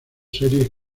series